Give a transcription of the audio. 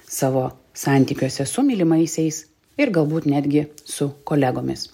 savo santykiuose su mylimaisiais ir galbūt netgi su kolegomis